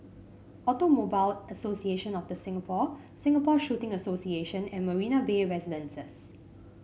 Automobile Association of The Singapore Singapore Shooting Association and Marina Bay Residences